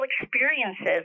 experiences